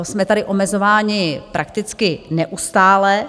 Jsme tady omezováni prakticky neustále.